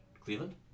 Cleveland